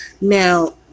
Now